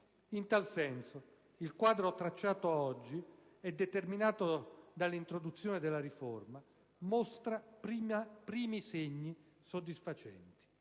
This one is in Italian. In tal senso, il quadro tracciato oggi e determinato dall'introduzione della riforma mostra i primi segni soddisfacenti,